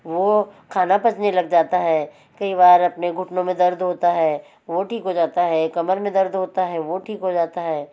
वो खाना पचने लग जाता है कई बार अपने घुटनों दर्द होता है वो ठीक हो जाता है कमर में दर्द होता है वो ठीक हो जाता है